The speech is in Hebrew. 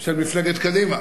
של מפלגת קדימה